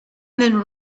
then